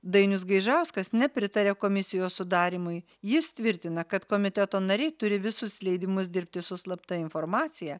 dainius gaižauskas nepritarė komisijos sudarymui jis tvirtina kad komiteto nariai turi visus leidimus dirbti su slapta informacija